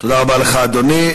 תודה רבה לך, אדוני.